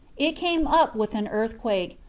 it came up with an earthquake,